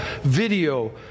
video